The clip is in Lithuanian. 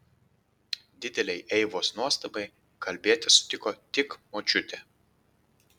didelei eivos nuostabai kalbėti sutiko tik močiutė